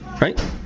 right